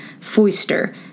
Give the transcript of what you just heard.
Foister